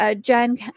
John